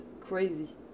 crazy